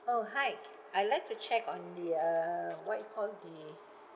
!ow! hi I'd like to check on the uh what you call the